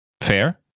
Fair